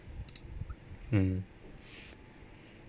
mm